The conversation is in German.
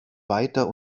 weiter